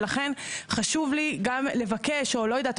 ולכן חשוב לי גם לבקש או לא יודעת,